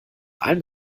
allen